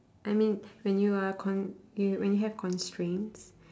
I mean when you are con~ you when you have constraints